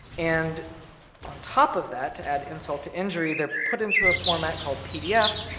and on top of that to add insult to injury they're put into a format called pdf,